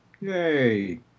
Yay